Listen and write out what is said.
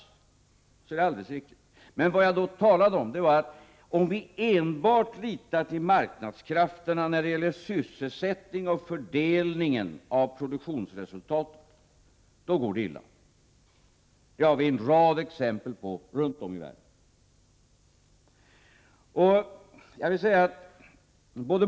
Det är riktigt att jag gjorde sådana uttalanden, men vad jag då talade om var, att om vi enbart litar till marknadskrafterna när det gäller sysselsättningen och fördelningen av produktionsresultatet går det illa. Det finns en rad exempel på det runt om i världen.